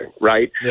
Right